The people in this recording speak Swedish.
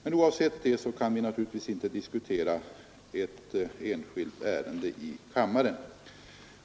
Men oavsett det kan vi naturligtvis inte diskutera ett enskilt ärende i kammaren.